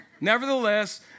nevertheless